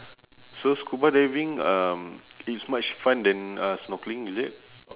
so scuba diving um it's much fun than uh snorkeling is it